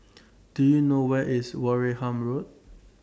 Do YOU know Where IS Wareham Road